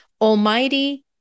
almighty